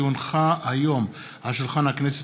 כי הונחה היום על שולחן הכנסת,